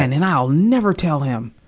and and i'll never tell him!